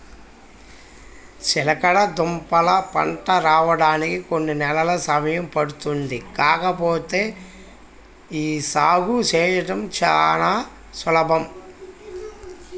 చిలకడదుంపల పంట రాడానికి కొన్ని నెలలు సమయం పట్టుద్ది కాకపోతే యీ సాగు చేయడం చానా సులభం